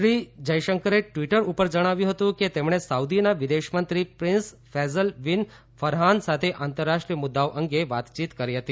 શ્રી જયશંકરે ટિવટર ઉપર જણાવ્યું હતું કે તેમણે સાઉદીના વિદેશમંત્રી પ્રિન્સ ફૈઝલ બિન ફરહાન સાથે આંતરરાષ્ટ્રીય મુદ્દાઓ અંગે વાતચીત કરી હતી